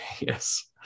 Yes